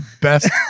best